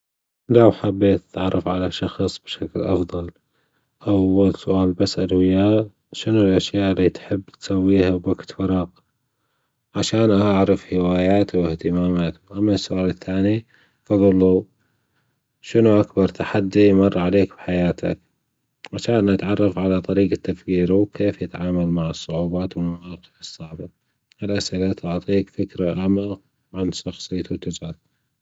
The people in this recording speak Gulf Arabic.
لو حبيت أتعرف على شخص بشكل أفضل أول سؤال بسأله إياه شنو الأشياء اللي تحب تسويها بوجت فراغك عشان أعرف هوياته وأهتماماته أما السؤال التاني فجله شنو أكبر تحدي مر عليك بحياتك عشان أتعرف على طريجة تفكيرة وكيف يتعامل مع الصعوبات والمواقف الصعبة هالأسئلة تعطيك فكرة أعمق عن شخصيته وتجاربة.